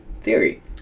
theory